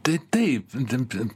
tai taip ten ten